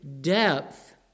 depth